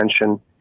attention